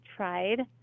tried